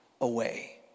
away